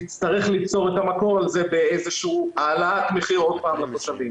תצטרך ליצור את המקור לזה באיזושהו העלאת מחיר עוד פעם לתושבים,